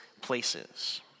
places